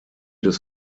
des